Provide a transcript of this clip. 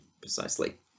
precisely